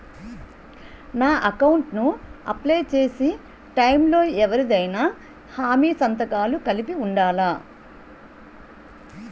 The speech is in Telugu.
నా అకౌంట్ ను అప్లై చేసి టైం లో ఎవరిదైనా హామీ సంతకాలు కలిపి ఉండలా?